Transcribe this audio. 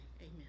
amen